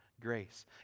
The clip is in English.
grace